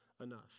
enough